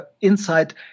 insight